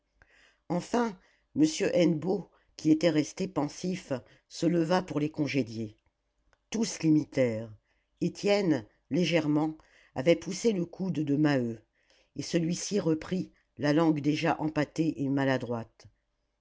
enfin m hennebeau qui était resté pensif se leva pour les congédier tous l'imitèrent étienne légèrement avait poussé le coude de maheu et celui-ci reprit la langue déjà empâtée et maladroite